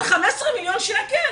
על 15 מיליון שקל?